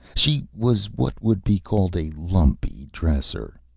she was what would be called a lumpy dresser.